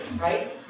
right